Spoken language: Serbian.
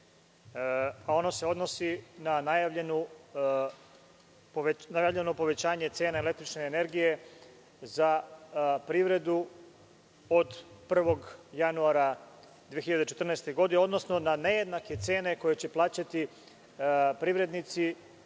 se odnosi na najavljeno povećanje cena električne energije za privredu od 1. januara 2014. godine, odnosno na nejednake cene, koje će plaćati privrednici